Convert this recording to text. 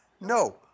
No